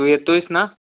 तू येतो आहेस ना